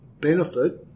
benefit